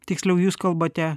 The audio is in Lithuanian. tiksliau jūs kalbate